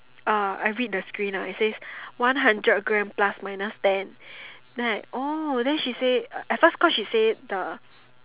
uh I read the screen ah it says one hundred grams plus minus ten then I oh then she say at first cause she say the